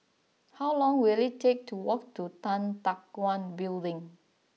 how long will it take to walk to Tan Teck Guan Building